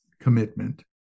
commitment